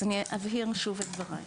אז אני אבהיר שוב את דבריי.